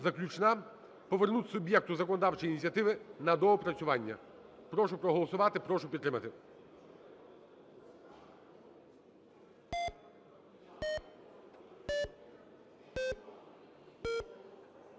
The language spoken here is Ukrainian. заключна – повернути суб'єкту законодавчої ініціативи на доопрацювання. Прошу проголосувати. Прошу підтримати.